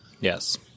Yes